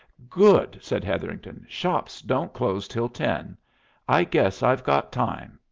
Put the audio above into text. good! said hetherington. shops don't close till ten i guess i've got time.